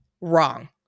Wrong